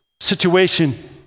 situation